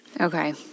Okay